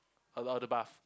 the bath